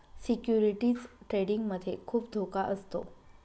securities trading मध्ये खुप धोका असतो